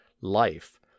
life